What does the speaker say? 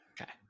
Okay